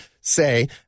say